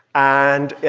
and yeah.